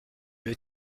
veux